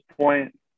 point